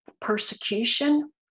persecution